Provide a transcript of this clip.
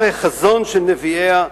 הר החזון של נביאיה,